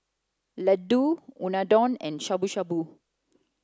Ladoo Unadon and Shabu Shabu